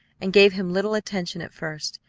and gave him little attention at first,